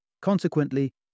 Consequently